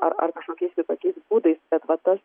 ar ar kažkokiais kitokiais būdais bet va tas